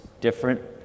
different